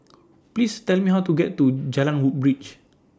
Please Tell Me How to get to Jalan Woodbridge